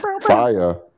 Fire